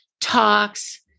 talks